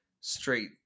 straight